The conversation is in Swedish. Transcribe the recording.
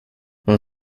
hon